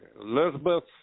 Elizabeth